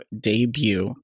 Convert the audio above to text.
debut